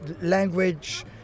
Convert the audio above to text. language